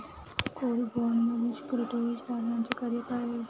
Court बाँडमधील securities तारणाचे कार्य काय आहे?